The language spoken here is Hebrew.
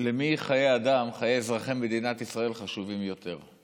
למי חיי אדם, חיי אזרחי מדינת ישראל, חשובים יותר,